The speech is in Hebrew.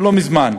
לא מזמן,